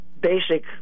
basic